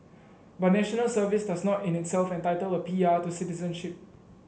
but National Service does not in itself entitle a P R to citizenship